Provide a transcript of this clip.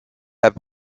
have